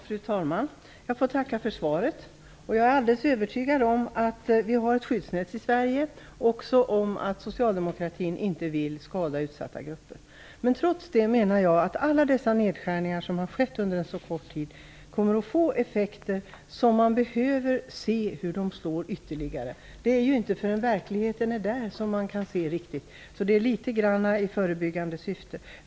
Fru talman! Tack för svaret. Jag är övertygad om att vi har ett skyddsnät i Sverige och att socialdemokraterna inte vill skada utsatta grupper. Jag menar ändå att alla de nedskärningar som skett kommer att få effekter som vi ännu inte vet hur de kommer att slå. Det är inte förrän verkligheten är ett faktum som vi kan se det.